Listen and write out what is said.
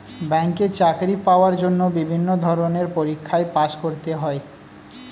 ব্যাংকে চাকরি পাওয়ার জন্য বিভিন্ন ধরনের পরীক্ষায় পাস করতে হয়